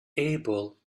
able